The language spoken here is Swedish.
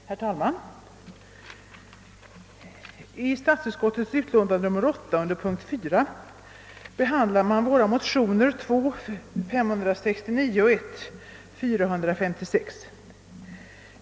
Herr talman! I statsutskottets utlåtande nr 8 behandlas under punkten 4 vårt motionspar II: 569 och I:456.